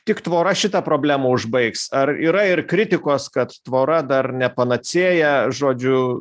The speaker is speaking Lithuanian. tik tvora šitą problemą užbaigs ar yra ir kritikos kad tvora dar ne panacėja žodžiu